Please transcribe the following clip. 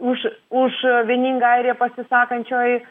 už už vieningą airiją pasisakančioj